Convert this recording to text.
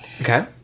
Okay